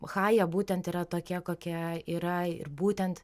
o chajė būtent yra tokia kokia yra ir būtent